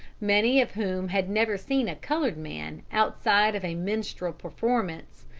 many of whom had never seen a colored man outside of a minstrel performance,